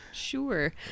Sure